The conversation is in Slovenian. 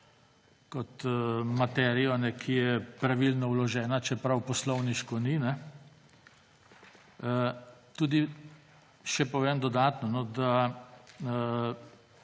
kot materijo, ki je pravilno vložena, čeprav poslovniško ni. Povem še dodatno, da